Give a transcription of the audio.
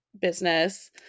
business